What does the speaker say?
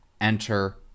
enter